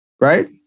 right